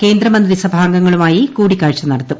കേന്ദ്രമന്ത്രിസഭാംഗങ്ങളുമായി കൂടിക്കാഴ്ച നടത്തും